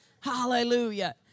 Hallelujah